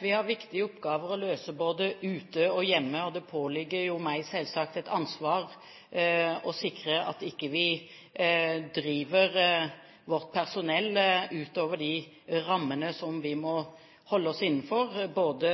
Vi har viktige oppgaver å løse både ute og hjemme, og det påhviler meg selvsagt et ansvar for å sikre at vi ikke driver vårt personell utover de rammene som vi må holde oss innenfor, både